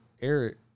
Eric